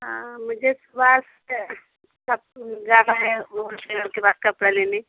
हाँ मुझे सुभाष के अब जाना है होलसेलर के पास कपड़ा लेने